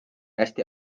hästi